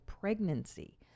pregnancy